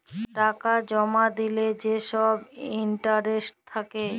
টাকা জমা দিলে যে ছব ইলটারেস্ট থ্যাকে